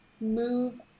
move